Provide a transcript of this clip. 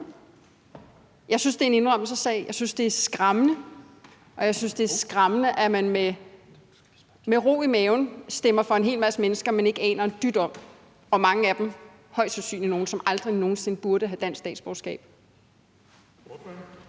Jeg synes, det er en indrømmelsessag. Jeg synes, det er skræmmende. Jeg synes, det er skræmmende, at man med ro i maven stemmer for en hel masse mennesker, man ikke aner en dyt om, og mange af dem er højst sandsynligt nogle, som aldrig nogen sinde burde få dansk statsborgerskab.